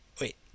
Wait